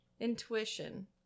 Intuition